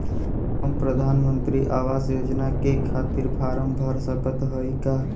हम प्रधान मंत्री आवास योजना के खातिर फारम भर सकत हयी का?